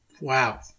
Wow